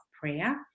Prayer